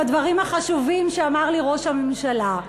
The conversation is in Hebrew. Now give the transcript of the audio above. בדברים החשובים שאמר לי ראש הממשלה.